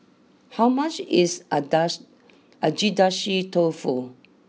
how much is Adashi Agedashi Dofu